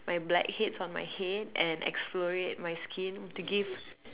my blackheads on my head and exfoliate my skin to give